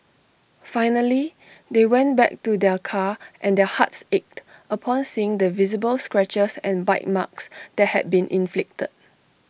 finally they went back to their car and their hearts ached upon seeing the visible scratches and bite marks that had been inflicted